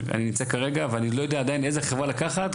נמצא כרגע ואני לא יודע עדיין איזה חברה לקחת,